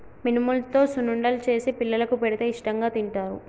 మినుములతో సున్నుండలు చేసి పిల్లలకు పెడితే ఇష్టాంగా తింటారు